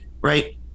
Right